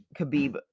Khabib